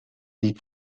sie